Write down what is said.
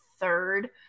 third